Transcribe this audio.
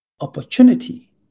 opportunity